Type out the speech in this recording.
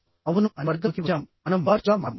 అవును అనే వర్గంలోకి వచ్చాం మనం మొబార్చ్లుగా మారాము